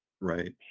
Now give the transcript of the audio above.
right